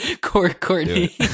Courtney